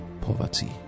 poverty